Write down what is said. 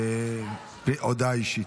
הודעה אישית.